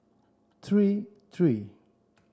three three